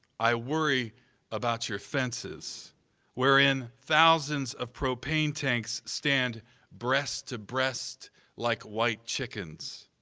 i worry about your fences wherein thousands of propane tanks stand breast to breast like white chickens.